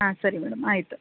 ಹಾಂ ಸರಿ ಮೇಡಮ್ ಆಯಿತು